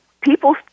people